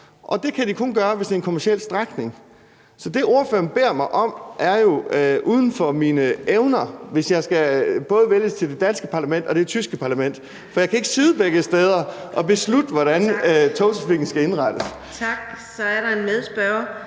Det kan de kun gøre, hvis det er en kommerciel strækning. Så det, ordføreren beder mig om, ligger jo uden for det, jeg evner, medmindre jeg både skal vælges til det danske parlament og det tyske parlament. For jeg kan ikke sidde begge steder og beslutte, hvordan togtrafikken skal indrettes. Kl. 14:31 Fjerde næstformand